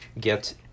get